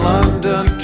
London